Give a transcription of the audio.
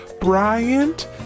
Bryant